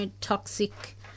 toxic